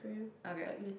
okay